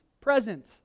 present